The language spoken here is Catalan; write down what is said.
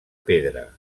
pedra